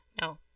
No